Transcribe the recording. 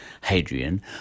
Hadrian